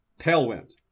Palewind